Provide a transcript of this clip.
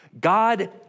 God